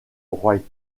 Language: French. wright